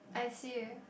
I see you